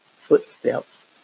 footsteps